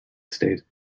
estate